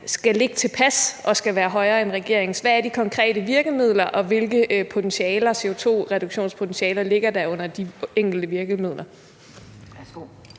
skal ligge på et tilpas niveau og være højere end regeringens. Hvad er de konkrete virkemidler, og hvilke CO2-reduktionspotentialer ligger der i de enkelte virkemidler?